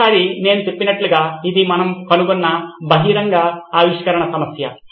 చివరిసారి నేను చెప్పినట్లు ఇది మనము కనుగొన్న బహిరంగ ఆవిష్కరణ సమస్య